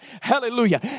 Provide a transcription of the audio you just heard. Hallelujah